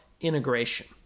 integration